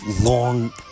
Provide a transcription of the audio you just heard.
long